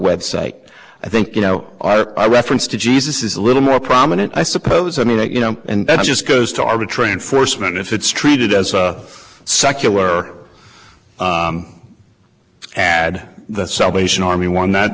website i think you know reference to jesus is a little more prominent i suppose i mean you know and that just goes to arbitrate enforcement if it's treated as a secular add the salvation army one that